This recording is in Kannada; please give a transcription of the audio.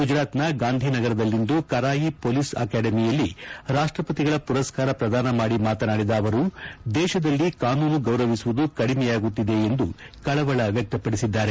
ಗುಜರಾತ್ನ ಗಾಂಧಿನಗರದಲ್ಲಿಂದು ಕರಾಯಿ ಪೊಲೀಸ್ ಅಕಾಡೆಮಿಯಲ್ಲಿ ರಾಷ್ಟಪತಿಗಳ ಮರಸ್ನಾರ ಪ್ರದಾನ ಮಾಡಿ ಮಾತನಾಡಿದ ಅವರು ದೇಶದಲ್ಲಿ ಕಾನೂನು ಗೌರವಿಸುವುದು ಕಡಿಮೆಯಾಗುತ್ತಿದೆ ಎಂದು ಕಳವಳ ವ್ಲಕ್ತಪಡಿಸಿದ್ದಾರೆ